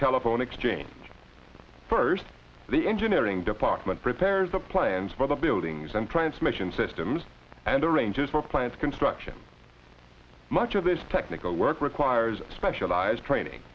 telephone exchange first the engineering department prepares the plans for the buildings and transmission systems and arranges for plant construction much of this technical work requires specialized training